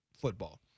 football